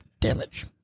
damage